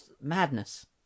madness